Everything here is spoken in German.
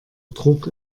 druck